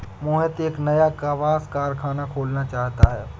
मोहित एक नया कपास कारख़ाना खोलना चाहता है